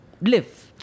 live